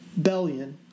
Bellion